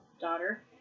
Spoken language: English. daughter